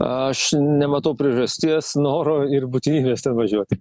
aš nematau priežasties noro ir būtinybės ten važiuoti